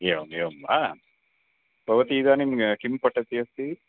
एवमेवं वा भवती इदानीं किं पठति अस्ति